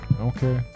Okay